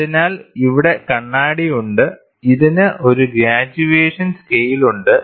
അതിനാൽ ഇവിടെ കണ്ണാടിയുണ്ട് ഇതിന് ഒരു ഗ്രേജ്യുവെഷൻ സ്കെയിലുണ്ട്